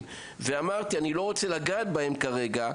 לי ואמרתי שאני לא רוצה לגעת בהם כרגע,